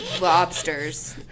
lobsters